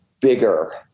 bigger